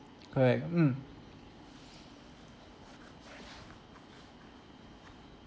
correct mm